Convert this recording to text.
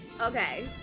Okay